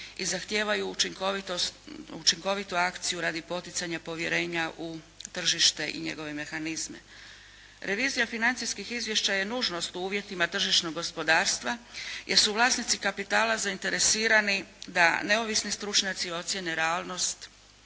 i zahtijevaju učinkovitu akciju radi poticanja povjerenja u tržište i njegove mehanizme. Revizija financijskih izvješća je nužnost u uvjetima tržišnog gospodarstva, jer su vlasnici kapitala zainteresirani da neovisni stručnjaci ocijene realnost